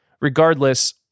Regardless